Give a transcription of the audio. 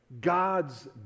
God's